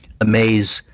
amaze